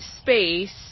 space